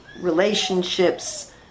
relationships